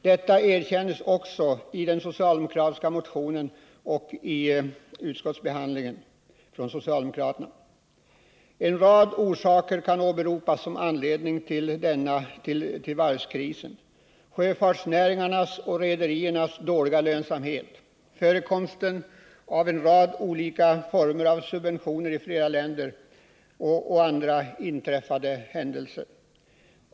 Detta har socialdemokraterna erkänt såväl i sin motion som vid behandlingen av frågan i utskottet. En rad orsaker kan åberopas som anledning till varvskrisen: sjöfartsnäringarnas och rederiernas dåliga lönsamhet, förekomsten av en rad olika former av subventioner i flera länder m.fl. händelser.